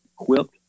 equipped